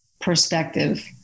perspective